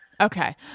Okay